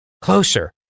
closer